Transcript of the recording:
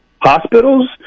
hospitals